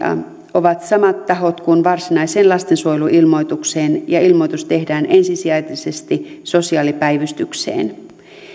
ovat samat tahot kuin varsinaisessa lastensuojeluilmoituksessa ja ilmoitus tehdään ensisijaisesti sosiaalipäivystykseen